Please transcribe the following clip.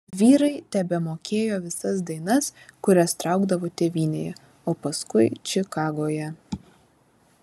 vyrai tebemokėjo visas dainas kurias traukdavo tėvynėje o paskui čikagoje